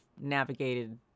navigated